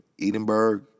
Edinburgh